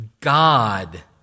God